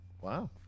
wow